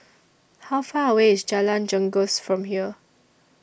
How Far away IS Jalan Janggus from here